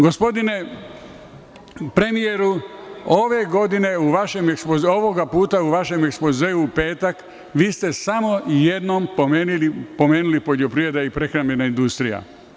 Gospodine premijeru, ovoga puta u vašem ekspozeu u petak vi ste samo jednom pomenuli poljoprivredu i prehrambenu industriju.